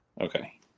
Okay